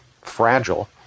fragile